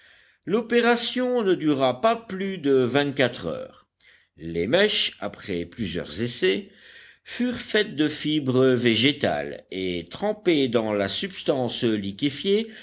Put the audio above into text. l'opération ne dura pas plus de vingt-quatre heures les mèches après plusieurs essais furent faites de fibres végétales et trempées dans la substance liquéfiée